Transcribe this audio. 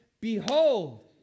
behold